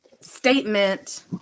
statement